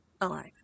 Alive